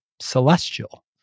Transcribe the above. celestial